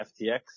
FTX